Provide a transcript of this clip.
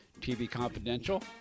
tvconfidential